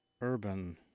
Urban